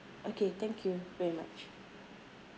okay thank you very much